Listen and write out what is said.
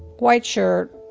white shirt,